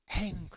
angry